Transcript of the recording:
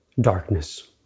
darkness